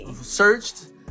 Searched